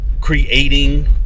creating